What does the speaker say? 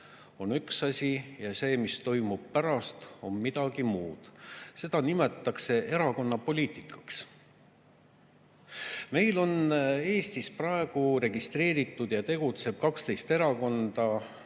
on üks asi, ja see, mis toimub pärast, on midagi muud. Seda nimetatakse erakonnapoliitikaks. Meil on Eestis praegu registreeritud ja tegutseb 12 erakonda.